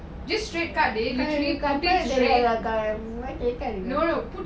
just straight cut literally straight no no put